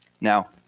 Now